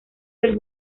del